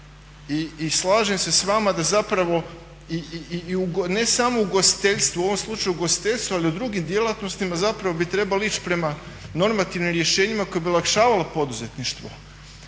i slažem se s vama da i ne samo u ugostiteljstvu u ovom slučaju u ugostiteljstvu, ali u drugim djelatnostima bi trebali ići prema normativnim rješenjima koje bi olakšavalo poduzetništvo,